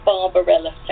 Barbarella